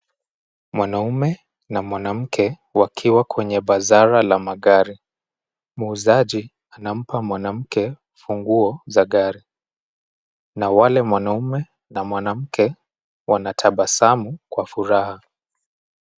Mwanaume na mwanamke wakiwa kwenye bazara la magari. Muuzaji anampa mwanamke funguo za gari na wale mwanaume na mwanamke wanatabasamu kwa furaha.